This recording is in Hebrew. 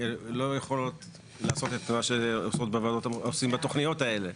לא יכולות לעשות את מה שעושים בתוכניות האלה.